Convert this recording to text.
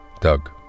Doug